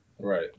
Right